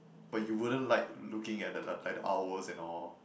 but you wouldn't like looking at the the like the owls and all